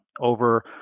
Over